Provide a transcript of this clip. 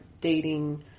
dating